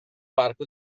parco